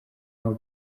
aho